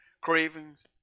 cravings